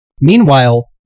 Meanwhile